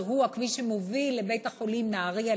שהוא הכביש שמוביל לבית-החולים נהריה,